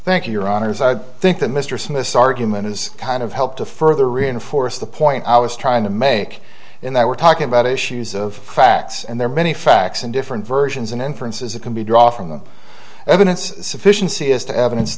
thank you your honors i think that mr smith's argument is kind of help to further reinforce the point i was trying to make in that we're talking about issues of facts and there are many facts and different versions an inference is it can be draw from the evidence sufficiency is the evidence